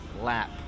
lap